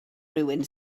rywun